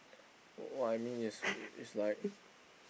what I mean is is like